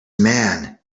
man